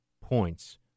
points